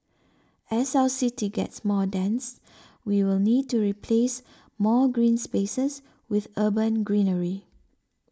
as our city gets more dense we will need to replace more green spaces with urban greenery